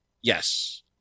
yes